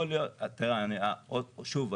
שוב,